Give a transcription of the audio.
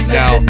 now